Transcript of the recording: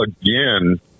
again